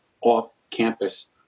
off-campus